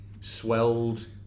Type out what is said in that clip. swelled